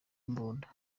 imbunda